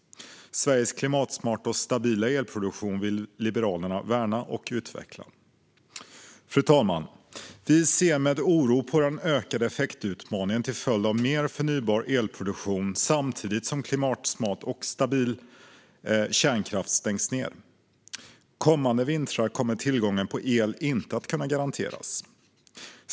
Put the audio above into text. Sveriges klimatsmarta och stabila elproduktion vill Liberalerna värna och utveckla. Fru talman! Vi ser med oro på den ökade effektutmaningen till följd av mer förnybar elproduktion, samtidigt som klimatsmart och stabil kärnkraft stängs ned. Kommande vintrar kommer tillgången på el inte att kunna garanteras.